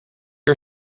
are